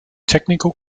technical